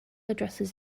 addresses